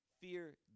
fear